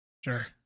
Sure